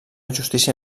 justícia